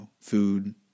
food